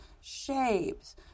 shapes